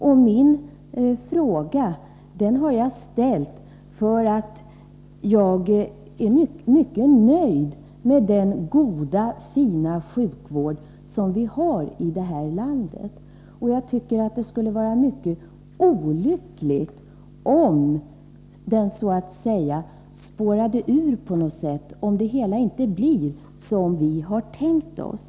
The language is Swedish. Jag har framställt min fråga därför att jag är mycket nöjd med den fina sjukvård som vi har i det här landet. Det skulle vara mycket olyckligt om vården så att säga spårade ur på något sätt — om det hela inte blir som vi tänkt oss.